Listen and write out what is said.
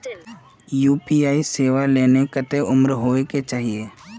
UPI सेवा ले में कते उम्र होबे के चाहिए?